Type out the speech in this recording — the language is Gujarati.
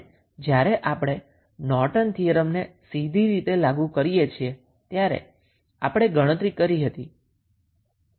અને આ એ જ છે જે આપણે નોર્ટન થીયરમ ને સીધી રીતે લાગુ કરીને આપણે ગણતરી કરી હતી